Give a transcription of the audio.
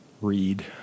read